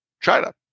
China